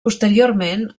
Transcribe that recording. posteriorment